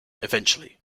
eventually